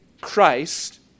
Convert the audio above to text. Christ